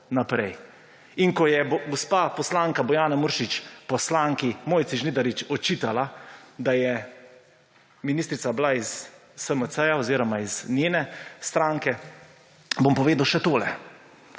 naprej. In ko je gospa poslanka Bojana Muršič, poslanki Mojci Žnidarič očitala, da je ministrica bila iz SMC-ja oziroma iz njene stranke, bom povedal še tole.